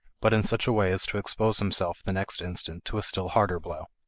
but in such a way as to expose himself the next instant to a still harder blow.